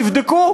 תבדקו.